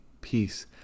peace